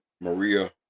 Maria